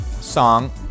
song